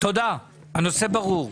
הנושא ברור.